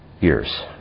years